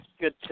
Good